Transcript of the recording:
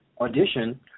audition